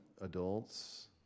adults